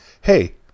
Hey